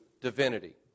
divinity